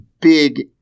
big